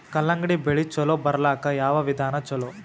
ಕಲ್ಲಂಗಡಿ ಬೆಳಿ ಚಲೋ ಬರಲಾಕ ಯಾವ ವಿಧಾನ ಚಲೋ?